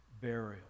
burial